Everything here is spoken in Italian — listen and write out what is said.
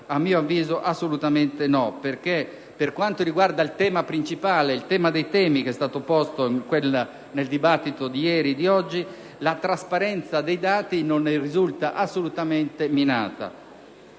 A mio avviso assolutamente no. Per quanto riguarda il tema principale - il tema dei temi - che è stato posto nel dibattito di ieri e di oggi, la trasparenza dei dati non ne risulta assolutamente minata.